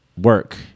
work